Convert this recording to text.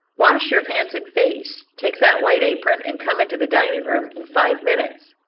wash your hands and face take that white apron and come into the dining-room in five minutes.